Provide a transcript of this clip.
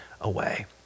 away